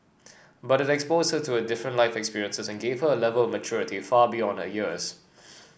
but it exposed her to different life experiences and gave her A Level of maturity far beyond her years